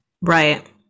right